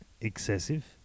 excessive